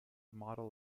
model